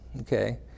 Okay